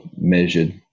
measured